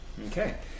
Okay